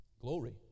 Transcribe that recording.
Glory